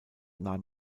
nahm